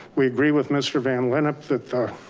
we agree with mr. van lineup that the